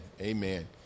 Amen